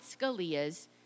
Scalia's